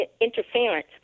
interference